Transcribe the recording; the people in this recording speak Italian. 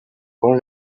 con